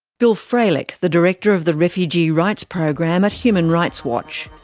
bill frelick, the director of the refugee rights program at human rights watch.